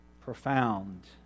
profound